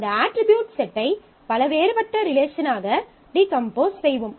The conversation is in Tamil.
இந்த அட்ரிபியூட் செட்டை பல வேறுபட்ட ரிலேஷனாக டீகம்போஸ் செய்வோம்